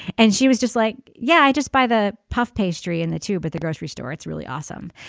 and she was just like yeah i just buy the puff pastry and the tube at the grocery store it's really awesome.